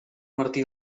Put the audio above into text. martí